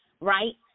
right